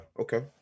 okay